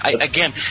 Again